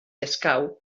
escau